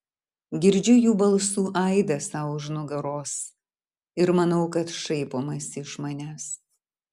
girdžiu jų balsų aidą sau už nugaros ir manau kad šaipomasi iš manęs